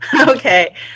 Okay